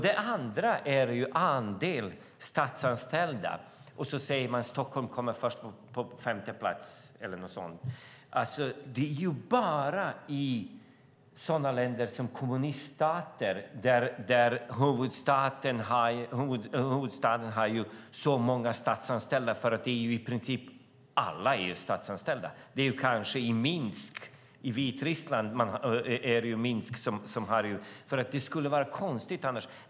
Det andra är andelen statsanställda. Statsrådet säger att Stockholm kommer först på femte plats. Det är ju bara i sådana länder som är kommuniststater som huvudstaden har så många statsanställda, för alla är ju i princip statsanställda. Det är kanske så i Minsk i Vitryssland. Det skulle vara konstigt annars.